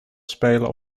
spelen